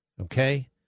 Okay